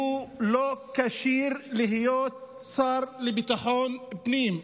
שהוא לא כשיר להיות שר לביטחון הפנים.